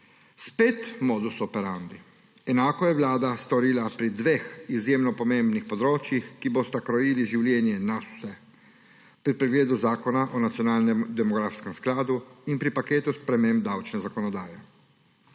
Spet modus operandi. Enako je vlada storila pri dveh izjemno pomembnih področjih, ki bosta krojili življenje nas vseh, pri Predlogu zakona o nacionalnem demografskem skladu in pri paketu sprememb davčne zakonodaje.